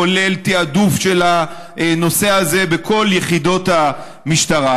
כולל תעדוף של הנושא הזה בכל יחידות המשטרה,